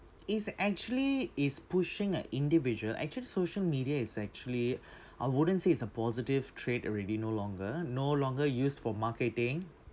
is actually is pushing a individual actually social media is actually I wouldn't say it's a positive trait already no longer no longer used for marketing